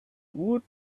woot